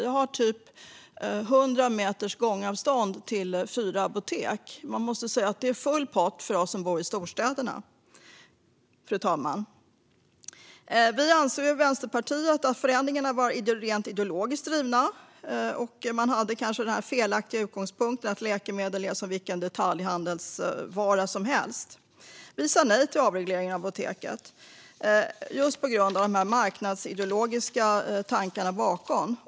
Jag har typ 100 meters gångavstånd till fyra apotek. Man måste säga att det är full pott för oss som bor i storstäderna, fru talman. Vänsterpartiet anser att förändringarna var rent ideologiskt drivna. Man hade kanske den felaktiga utgångspunkten att läkemedel är som vilken detaljhandelsvara som helst. Vi sa nej till avregleringen av Apoteket just på grund av de marknadsideologiska tankarna som låg bakom.